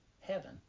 Heaven